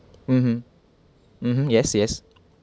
mmhmm mmhmm yes yes